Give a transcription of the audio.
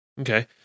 Okay